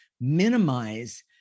minimize